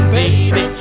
baby